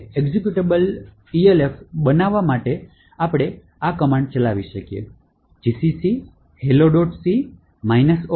માટે executable Elf ઉત્પન્ન કરવા માટે તમે આ આદેશ આ રીતે ચલાવી શકો છો gcc hello